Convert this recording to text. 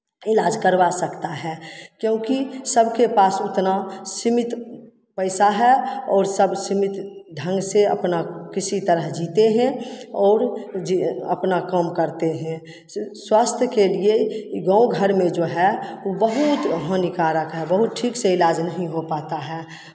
इलाज करवा सकता है क्योंकि सबके पास उतना सीमित पैसा है और सब सीमित ढंग से अपना किसी तरह जीते हैं और अपना काम करते हैं स्वास्थ के लिए ई गाँव घर में जो है वो बहुत हानिकारक है बहुत ठीक से इलाज नहीं हो पाता है